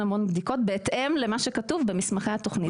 המון בדיקות בהתאם למה שכתוב במסמכי התוכנית.